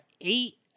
eight